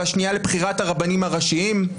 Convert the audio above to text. והשנייה לבחירת הרבנים הראשיים.